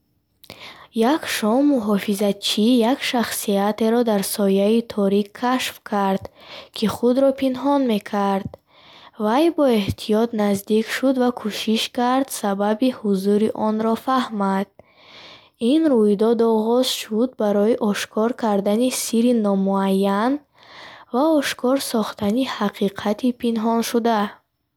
Як шом муҳофизатчӣ як шахсиятеро дар сояи торик кашф кард, ки худро пинҳон мекард. Вай бо эҳтиёт наздик шуд ва кӯшиш кард, сабаби ҳузури онро фаҳмад. Ин рӯйдод оғоз шуд барои ошкор кардани сирри номуаян ва ошкор сохтани ҳақиқати пинҳоншуда.